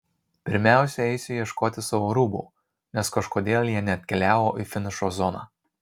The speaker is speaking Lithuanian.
pirmiausia eisiu ieškoti savo rūbų nes kažkodėl jie neatkeliavo į finišo zoną